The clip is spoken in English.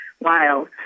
wild